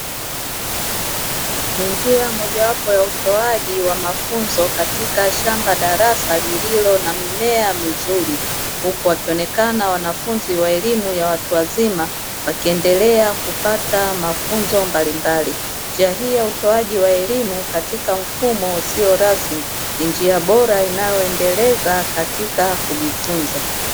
Ni njia mojawapo ya utoaji wa mafunzo katika shamba darasa lililo na mimea mizuri, huku wakionekana wanafunzi wa elimu ya watu wazima wakiendelea kupata mafunzo mbalimbali, njia hii ya utoaji wa elimu katika mfumo usio rasmi ni njia bora inayoendeleza katika kujifunza.